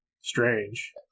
Strange